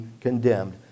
condemned